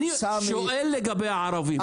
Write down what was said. אני שואל לגבי הערבים.